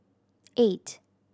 eight